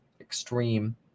extreme